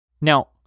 Now